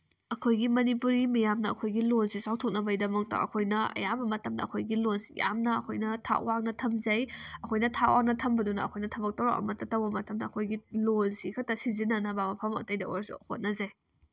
ꯑꯩꯈꯣꯏꯒꯤ ꯃꯅꯤꯄꯨꯔꯤ ꯃꯤꯌꯥꯝꯅ ꯑꯩꯈꯣꯏꯒꯤ ꯂꯣꯜꯁꯦ ꯆꯥꯎꯊꯣꯛꯅꯕꯒꯤ ꯗꯃꯛꯇ ꯑꯩꯈꯣꯏꯅ ꯑꯌꯥꯝꯕ ꯃꯇꯝꯗ ꯑꯩꯈꯣꯏꯒꯤ ꯂꯣꯜꯁꯤ ꯌꯥꯝꯅ ꯑꯩꯈꯣꯏꯅ ꯊꯥꯛ ꯋꯥꯡꯅ ꯊꯝꯖꯩ ꯑꯩꯈꯣꯏꯅ ꯊꯥꯛ ꯋꯥꯡꯅ ꯊꯝꯕꯗꯨꯅ ꯑꯩꯈꯣꯏꯅ ꯊꯕꯛ ꯇꯧꯕ ꯃꯇꯝꯗ ꯑꯩꯈꯣꯏꯒꯤ ꯂꯣꯜꯁꯤ ꯈꯛꯇ ꯁꯤꯖꯤꯟꯅꯅꯕ ꯃꯐꯝ ꯑꯇꯩꯗ ꯑꯣꯏꯔꯁꯨ ꯍꯣꯠꯅꯖꯩ